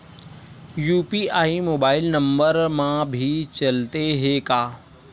UPI mobile number मा भी चलते हे का?